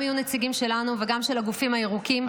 גם נציגים שלנו וגם של הגופים הירוקים.